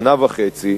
שנה וחצי,